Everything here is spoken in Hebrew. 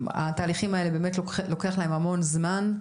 התהליכים האלה באמת לוקח להם המון זמן.